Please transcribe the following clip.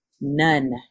none